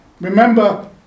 Remember